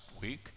week